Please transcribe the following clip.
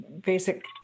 basic